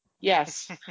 yes